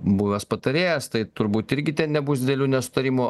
buvęs patarėjas tai turbūt irgi ten nebus didelių nesutarimų